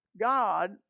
God